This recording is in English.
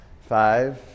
Five